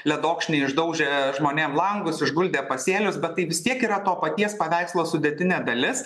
ledokšniai išdaužė žmonėm langus išguldė pasėlius bet tai vis tiek yra to paties paveikslo sudėtinė dalis